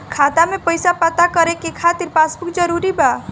खाता में पईसा पता करे के खातिर पासबुक जरूरी बा?